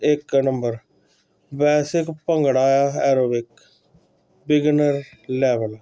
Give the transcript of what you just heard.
ਇਕ ਨੰਬਰ ਵੈਸੇ bhangra aerobic beginner level